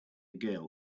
girl